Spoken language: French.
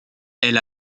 elle